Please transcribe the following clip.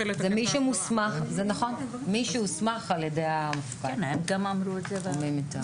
מי שהוסמך על ידי המפכ"ל או מי מטעמו.